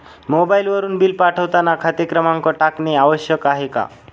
मोबाईलवरून बिल पाठवताना खाते क्रमांक टाकणे आवश्यक आहे का?